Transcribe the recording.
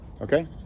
okay